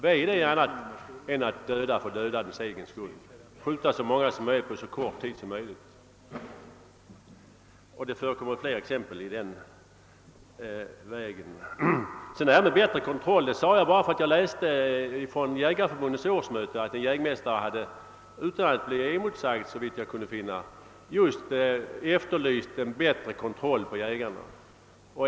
Vad är detta annat än att döda för dödandets egen skull, d.v.s. man skjuter så många som möjligt på så kort tid som möjligt? Det finns flera exempel i den vägen. Jag talade om en bättre kontroll. Jag gjorde det därför att jag läst ett referat från Svenska jägareförbundets årsmöte. En jägmästare hade såvitt jag kan förstå utan att bli emotsagd efterlyst en bättre kontroll av jägarna.